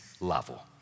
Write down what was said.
level